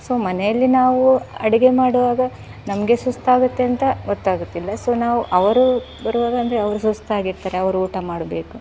so ಮನೆಯಲ್ಲಿ ನಾವು ಅಡುಗೆ ಮಾಡುವಾಗ ನಮಗೆ ಸುಸ್ತಾಗುತ್ತೆ ಅಂತ ಗೊತ್ತಾಗುತ್ತಿಲ್ಲ ಸೊ ನಾವು ಅವರು ಬರುವಾಗ ಅಂದರೆ ಅವರು ಸುಸ್ತಾಗಿರ್ತಾರೆ ಅವರು ಊಟ ಮಾಡಬೇಕು